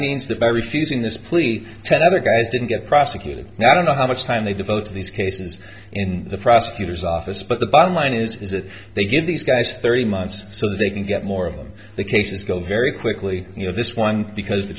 means that by refusing this plea ten other guys didn't get prosecuted now i don't know how much time they devote these cases in the prosecutor's office but the bottom line is that they give these guys three months so they can get more of them the cases go very quickly you know this one because the